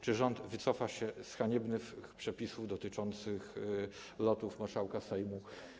Czy rząd wycofa się z haniebnych przepisów dotyczących lotów marszałka Sejmu?